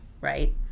right